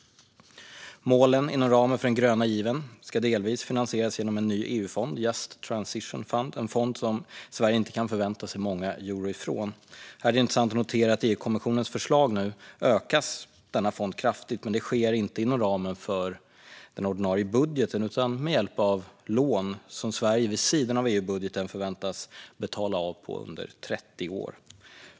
Målen inom ramen för den gröna given ska delvis finansieras genom en ny EU-fond, Just Transition Fund. Detta är en fond som Sverige inte kan förvänta sig många euro ifrån. Här är det intressant att notera att denna fond ökas kraftigt i EU-kommissionens förslag, men det sker inte inom ramen för den ordinarie budgeten utan med hjälp av lån som Sverige vid sidan av EU-budgeten förväntas betala av på under 30 år.